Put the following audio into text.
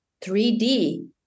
3D